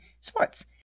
sports